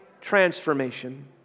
transformation